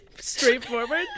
Straightforward